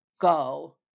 go